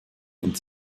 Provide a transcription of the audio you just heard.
und